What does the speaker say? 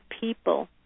people